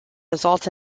results